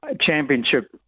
championship